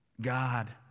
God